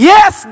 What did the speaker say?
Yes